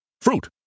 Fruit